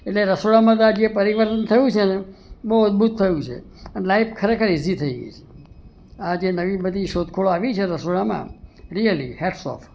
અને રસોડામાં આ જે પરિવર્તન થયું છે ને બહુ અદ્ભુત થયું છે લાઇફ ખરેખર ઇઝી થઈ છે આ જે નવી બધી શોધખોળ આવી છે રસોડામાં રિયલી હેટ્સ ઓફ